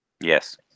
yes